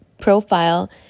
profile